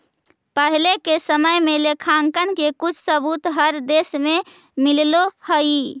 पहिले के समय में लेखांकन के कुछ सबूत हर देश में मिलले हई